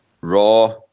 Raw